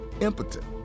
impotent